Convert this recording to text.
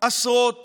עשרות